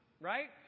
right